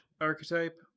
archetype